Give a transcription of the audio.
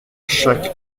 chaque